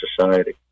society